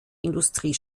industrie